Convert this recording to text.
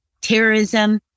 terrorism